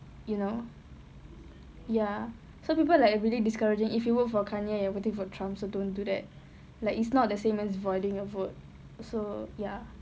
you know ya so people like really discouraging if you vote for kanye you're for trump so don't do that like it's not the same as voiding a vote so ya